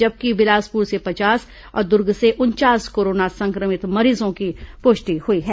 जबकि बिलासपुर से पचास और दुर्ग से उनचास कोरोना संक्रमित मरीजों की पुष्टि हुई है